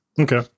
Okay